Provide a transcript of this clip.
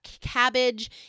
cabbage